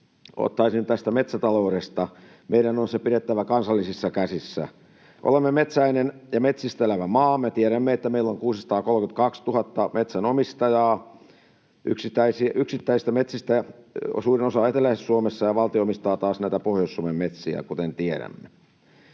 Ottaisin tämän metsätalouden. Meidän on pidettävä se kansallisissa käsissä. Olemme metsäinen ja metsistä elävä maa. Me tiedämme, että meillä on 632 000 metsänomistajaa. Yksittäisistä metsistä suurin osa on eteläisessä Suomessa, ja valtio taas omistaa Pohjois-Suomen metsiä, kuten tiedämme.